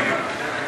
נגד.